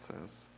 says